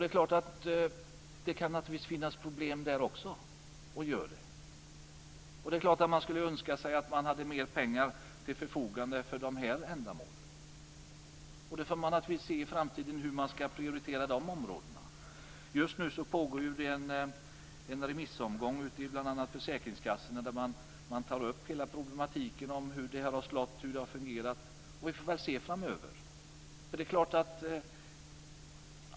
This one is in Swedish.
Självfallet kan det även i det avseendet finnas problem, och så är det också. Naturligtvis skulle man önska att man hade mera pengar till förfogande för de här ändamålen. I framtiden får man se hur de områdena skall prioriteras. Just nu pågår en remissomgång, bl.a. ute på försäkringskassorna. Man tar upp hela problematiken kring hur det här har slagit, hur det har fungerat. Vi får väl framöver se hur det är med den saken.